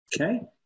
Okay